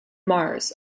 mars